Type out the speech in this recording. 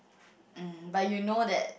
um but you know that